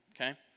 Okay